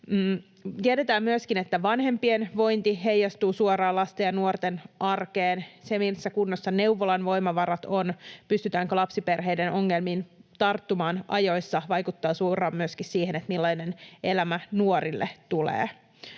Tiedetään myöskin, että vanhempien vointi heijastuu suoraan lasten ja nuorten arkeen. Myöskin se, missä kunnossa neuvolan voimavarat ovat, pystytäänkö lapsiperheiden ongelmiin tarttumaan ajoissa, vaikuttaa suoraan siihen, millainen elämä nuorille tulee.